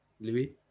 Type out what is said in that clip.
Louis